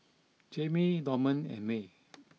Jaime Dorman and Mae